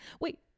Wait